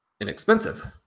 inexpensive